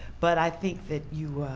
but i think that you